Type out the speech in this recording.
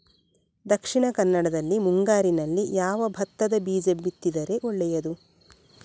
ದಕ್ಷಿಣ ಕನ್ನಡದಲ್ಲಿ ಮುಂಗಾರಿನಲ್ಲಿ ಯಾವ ಭತ್ತದ ಬೀಜ ಬಿತ್ತಿದರೆ ಒಳ್ಳೆಯದು?